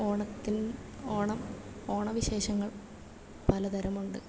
ഓണത്തിൻ ഓണം ഓണവിശേഷങ്ങൾ പലതരമുണ്ട്